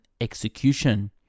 execution